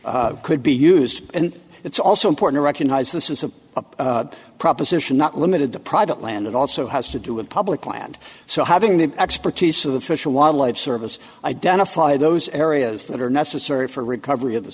be could be used and it's also import recognized this is a proposition not limited to private land it also has to do with public land so having the expertise of the fish and wildlife service identify those areas that are necessary for recovery